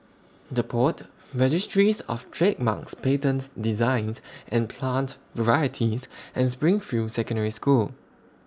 The Pod Registries of Trademarks Patents Designs and Plant Varieties and Springfield Secondary School